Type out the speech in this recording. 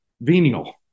venial